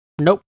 nope